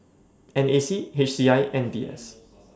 NAC HCI and VS